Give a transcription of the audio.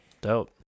Dope